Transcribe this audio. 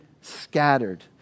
scattered